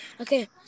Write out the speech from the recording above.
Okay